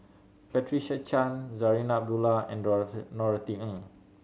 Patricia Chan Zarinah Abdullah and Norothy Ng